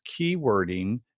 keywording